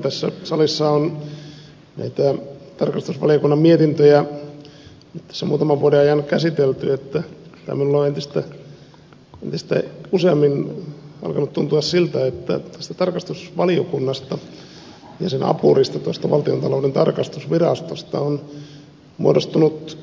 kun tässä salissa on näitä tarkastusvaliokunnan mietintöjä muutaman vuoden ajan käsitelty minusta on entistä useammin alkanut tuntua siltä että tästä tarkastusvaliokunnasta ja sen apurista valtiontalouden tarkastusvirastosta on muodostunut